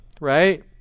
right